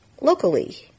locally